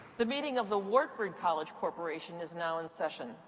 the meeting of the wartburg college corporation is now in session.